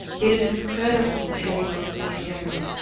it is incredible the heavy loads they carry.